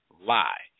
lie